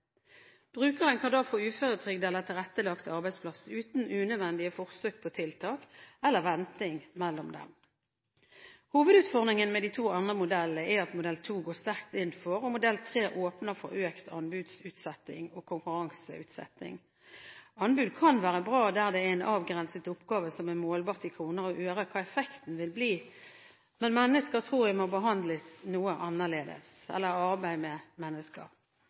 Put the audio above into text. Brukeren kan da få uføretrygd eller tilrettelagt arbeidsplass uten unødvendige forsøk på tiltak eller venting mellom dem. Hovedutfordringen med de to andre modellene er at modell 2 går sterkt inn for, og modell 3 åpner for, økt anbudsutsetting og konkurranseutsetting. Anbud kan være bra der det er en avgrenset oppgave som er målbart i kroner og ører hva effekten vil bli. Men arbeid med mennesker tror jeg må behandles noe annerledes.